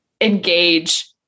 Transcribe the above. engage